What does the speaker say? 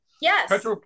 Yes